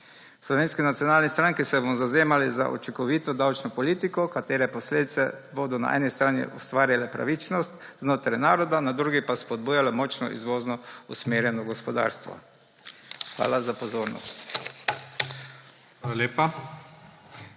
politikah države. V SNS se bomo zavzemali za učinkovito davčno politiko, katere posledica bodo na eni strani ustvarile pravičnost znotraj naroda, na drugi pa spodbujala močno izvozno usmerjeno gospodarstvo. Hvala za pozornost.